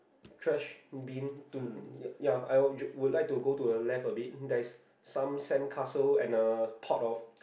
trash bin to ya I I would like to go to the left a bit there's some sandcastle and a pot of